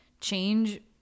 change